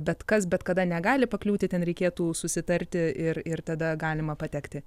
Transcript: bet kas bet kada negali pakliūti ten reikėtų susitarti ir ir tada galima patekti